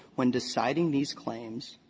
when deciding these claims,